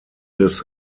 des